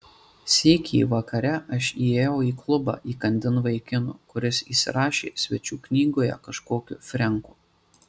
sykį vakare aš įėjau į klubą įkandin vaikino kuris įsirašė svečių knygoje kažkokiu frenku